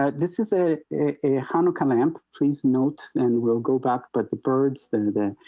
ah this is a a hanukkah lamp please note and we'll go back but the birds the the